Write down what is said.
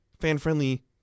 fan-friendly